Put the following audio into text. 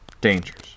dangers